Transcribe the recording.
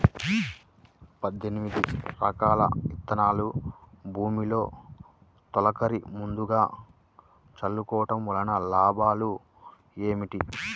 పద్దెనిమిది రకాల విత్తనాలు భూమిలో తొలకరి ముందుగా చల్లుకోవటం వలన లాభాలు ఏమిటి?